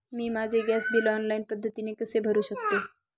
मी माझे gas bill online पद्धतीने कसे भरु शकते?